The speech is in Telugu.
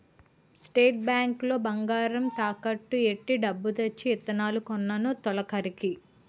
స్టేట్ బ్యాంకు లో బంగారం తాకట్టు ఎట్టి డబ్బు తెచ్చి ఇత్తనాలు కొన్నాను తొలకరికి